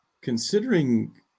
Considering